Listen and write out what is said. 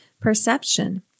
perception